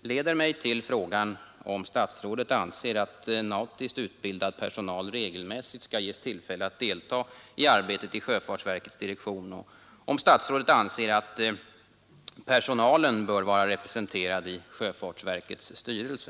leder mig till frågan om statsrådet anser att nautiskt utbildad personal regelmässigt skall ges tillfälle att delta i arbetet i sjöfartsverkets direktion och om statsrådet anser att personalen bör vara representerad i sjöfartsverkets styrelse.